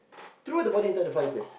throw the body into the fireplace